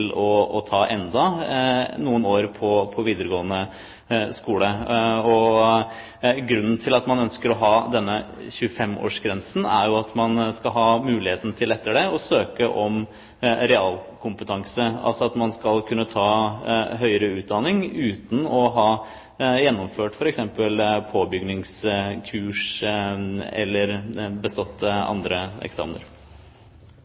til å ta enda noen år på videregående skole. Grunnen til at man ønsker å ha denne 25-årsgrensen, er at man skal ha mulighet til etter det å søke om realkompetanse, altså at man skal kunne ta høyere utdanning uten å ha gjennomført f.eks. påbygningskurs eller bestått